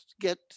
get